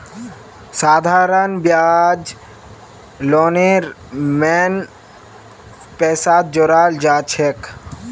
साधारण ब्याज लोनेर मेन पैसात जोड़ाल जाछेक